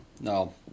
No